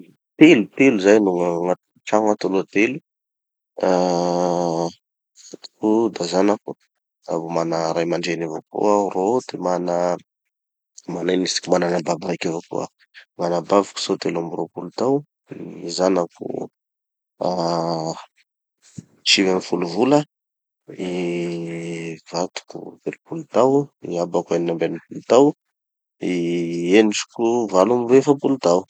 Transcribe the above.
Telo telo zahay no agnatin'ny trano ato aloha telo. Ah vadiko da zanako, da mbo mana ray aman-dreny avao koa aho rô, da mana, mana ino izy tiky, mana anabavy raiky avao koa aho. Anabaviko zao telo amby roapolo tao. Zanako ah sivy amby folo vola. I vadiko telopolo tao. I abako enina amby enipolo tao. I endriko valo amby efapolo tao.